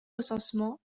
recensement